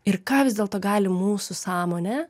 ir ką vis dėlto gali mūsų sąmonė